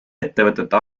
ettevõtete